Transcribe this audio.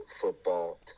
football